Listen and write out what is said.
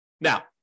Now-